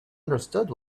understood